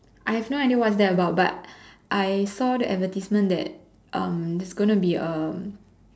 I have no idea what's that about but I saw the advertisement that um there's going to be um